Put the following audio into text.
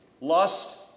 Lust